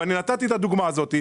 ונתתי את הדוגמה הזאת,